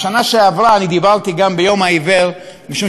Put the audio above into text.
בשנה שעברה דיברתי גם ביום העיוור משום